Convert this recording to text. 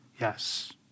yes